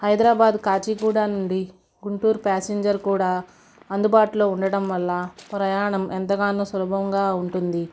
హైదరాబాద్ కాచిగూడ నుండి గుంటూరు ప్యాసెంజర్ కూడా అందుబాటులో ఉండడం వల్ల ప్రయాణం ఎంతగానో సులభంగా ఉంటుంది